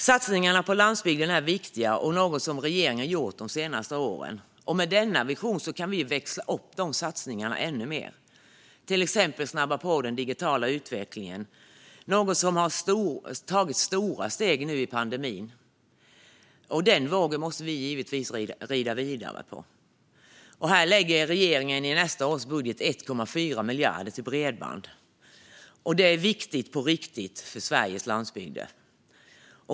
Satsningar på landsbygden är viktiga och något som regeringen gjort de senaste åren. Med denna vision kan vi växla upp de satsningarna ännu mer. Vi kan till exempel snabba på den digitala utvecklingen, som har tagit stora steg nu under pandemin. Den vågen måste vi givetvis rida vidare på. Regeringen lägger i nästa års budget 1,4 miljarder till bredband. Det är viktigt på riktigt för Sveriges landsbygder.